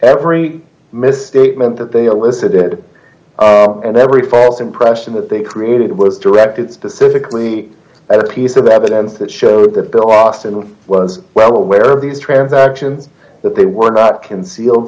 every misstatement that they elicit it and every false impression that they created was directed specifically at a piece of evidence that showed that the austin was well aware of these transactions that they were not concealed